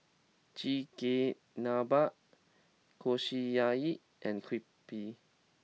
Chigenabe Kushiyaki and Crepe